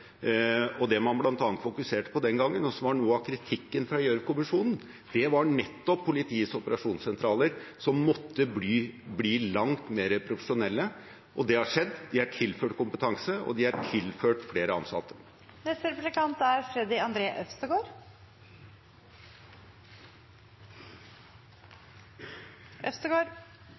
til at man besluttet å gjennomføre en politireform. Det man bl.a. fokuserte på den gangen, og som var noe av kritikken fra Gjørv-kommisjonen, var nettopp politiets operasjonssentraler, som måtte bli langt mer profesjonelle. Det har skjedd. De er tilført kompetanse og flere ansatte. En av grunnene til at Fremskrittspartiet har